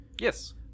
Yes